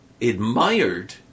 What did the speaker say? admired